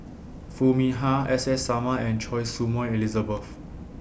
Foo Mee Har S S Sarma and Choy Su Moi Elizabeth